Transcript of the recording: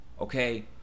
okay